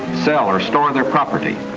sell or store their property.